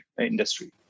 industry